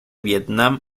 vietnam